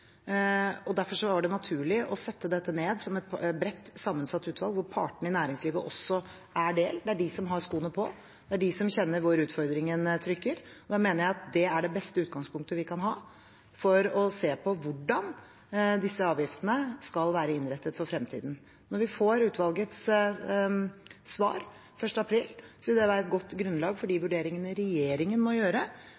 Derfor var det naturlig å sette dette ned som et bredt sammensatt utvalg, der partene i næringslivet også er med. Det er de som har skoen på og kjenner hvor den trykker, det er de som kjenner hvor utfordringen er. Da mener jeg at det er det beste utgangspunktet vi kan ha for å se på hvordan disse avgiftene skal være innrettet for fremtiden. Når vi får utvalgets svar 1. april, vil det være et godt grunnlag for de